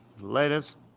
Latest